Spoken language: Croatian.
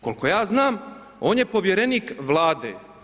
Koliko ja znam on je povjerenik Vlade.